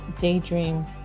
Daydream